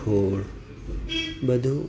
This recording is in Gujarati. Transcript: બધું